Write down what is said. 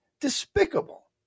despicable